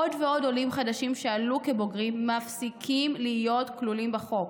עוד ועוד עולים חדשים שעלו כבוגרים מפסיקים להיות כלולים בחוק.